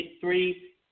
three